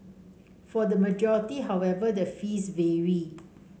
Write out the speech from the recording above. for the majority however the fees vary